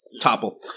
topple